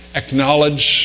acknowledge